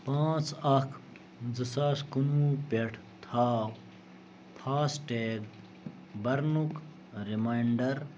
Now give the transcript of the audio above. پانٛژھ اکھ زٕ ساس کُنٛوُہ پٮ۪ٹھ تھاو فاس ٹیگ بھرنُک رِماینٛڈر